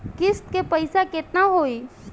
किस्त के पईसा केतना होई?